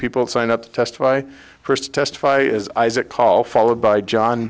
people signed up to testify first testify as isaac call followed by john